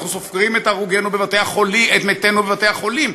אנחנו סופרים את מתינו בבתי-החולים,